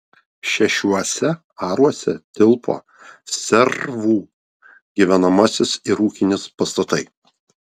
šešiuose aruose tilpo servų gyvenamasis ir ūkinis pastatai